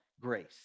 grace